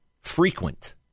frequent